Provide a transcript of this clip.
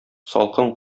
салкын